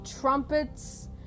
trumpets